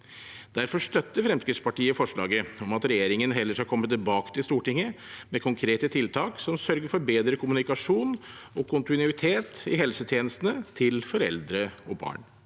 Derfor er Fremskrittspartiet med på forslaget om at regjeringen heller skal komme tilbake til Stortinget med konkrete tiltak som sørger for bedre kommunikasjon og kontinuitet i helsetjenestene til foreldre og barn.